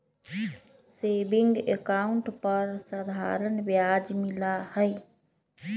saving account पर साधारण ब्याज मिला हई